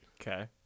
Okay